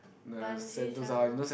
Bungy Jump